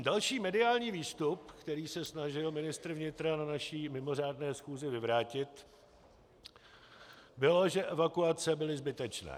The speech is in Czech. Další mediální výstup, který se snažil ministr vnitra na naší mimořádné schůzi vyvrátit, bylo, že evakuace byly zbytečné.